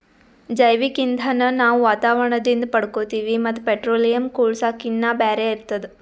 ಜೈವಿಕ್ ಇಂಧನ್ ನಾವ್ ವಾತಾವರಣದಿಂದ್ ಪಡ್ಕೋತೀವಿ ಮತ್ತ್ ಪೆಟ್ರೋಲಿಯಂ, ಕೂಳ್ಸಾಕಿನ್ನಾ ಬ್ಯಾರೆ ಇರ್ತದ